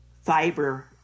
fiber